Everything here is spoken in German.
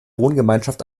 wohngemeinschaft